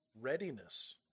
readiness